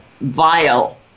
vile